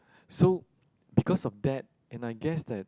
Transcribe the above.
so because of that and I guess that